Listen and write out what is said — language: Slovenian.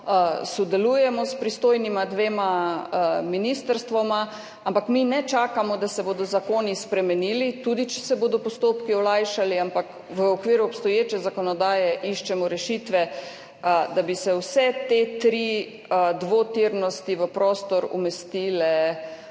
sodelujemo s pristojnima dvema ministrstvoma, ampak mi ne čakamo, da se bodo zakoni spremenili, tudi če se bodo postopki olajšali, ampak v okviru obstoječe zakonodaje iščemo rešitve, da bi se vse te tri dvotirnosti v prostor umestile